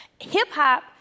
hip-hop